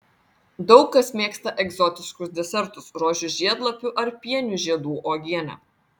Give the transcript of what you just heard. daug kas mėgsta egzotiškus desertus rožių žiedlapių ar pienių žiedų uogienę